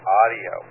audio